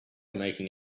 making